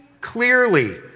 clearly